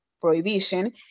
prohibition